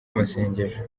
amasengesho